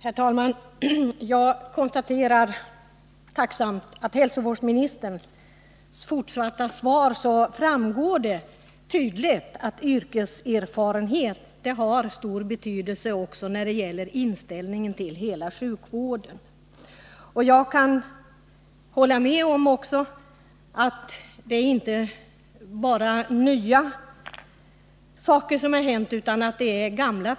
Herr talman! Jag konstaterar tacksamt att det av det besked som hälsovårdsministern nu gav tydligt framgår att yrkeserfarenhet har stor betydelse också när det gäller inställningen till sjukvården i dess helhet. Jag kan också hålla med om att situationen i dag inte bara beror på att nya händelser inträffat utan också på att vi nu får dras med verkningarna av gamla